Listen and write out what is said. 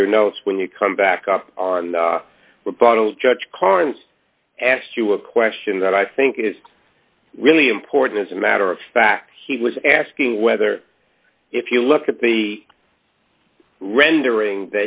at your notes when you come back up on the thought of judge clients asked you a question that i think is really important as a matter of fact he was asking whether if you look at the rendering